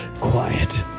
quiet